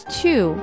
two